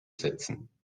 setzen